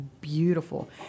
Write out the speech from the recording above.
beautiful